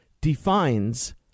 defines